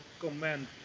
comment